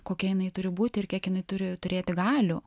kokia jinai turi būti ir kiek jinai turi turėti galių